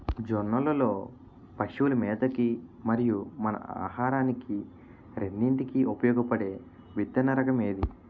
జొన్నలు లో పశువుల మేత కి మరియు మన ఆహారానికి రెండింటికి ఉపయోగపడే విత్తన రకం ఏది?